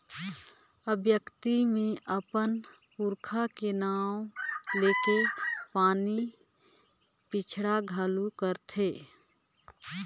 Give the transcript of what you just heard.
अक्ती मे अपन पूरखा के नांव लेके पानी पिंडा घलो करथे